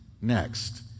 next